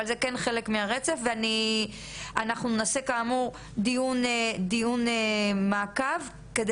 אבל זה כן חלק מהרצף ואנחנו נעשה כאמור דיון מעקב על